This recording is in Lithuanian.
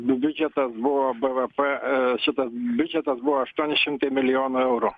biudžetas buvo b v p šitas biudžetas buvo aštuoni šimtai milijonų eurų